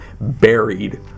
buried